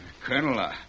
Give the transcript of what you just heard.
Colonel